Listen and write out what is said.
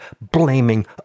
blaming